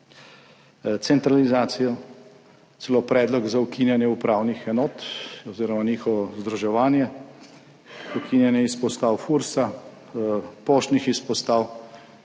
centralizacijo, celo predlog za ukinjanje upravnih enot oziroma njihovo združevanje, ukinjanje izpostav Fursa, poštnih izpostav,